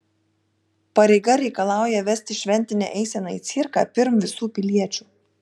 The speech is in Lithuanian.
pareiga reikalauja vesti šventinę eiseną į cirką pirm visų piliečių